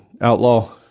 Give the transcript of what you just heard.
outlaw